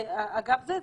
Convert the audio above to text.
אגב זה,